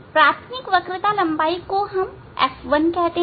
प्राथमिक वक्रता लंबाई को हम F1 कहते हैं